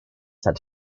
had